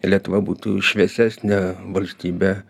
lietuva būtų šviesesnė valstybė